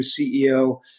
CEO